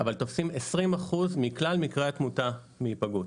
אבל תופסים 20% מכלל מקרי התמותה מהיפגעות.